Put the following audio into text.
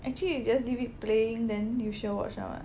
actually you just leave it playing then you sure watch [one] [what]